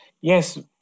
Yes